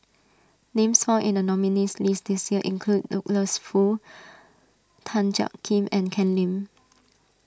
names found in the nominees' list this year include Douglas Foo Tan Jiak Kim and Ken Lim